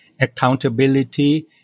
accountability